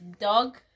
dog